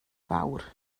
fawr